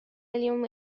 اليوم